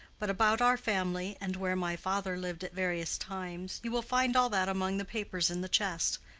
but about our family, and where my father lived at various times you will find all that among the papers in the chest,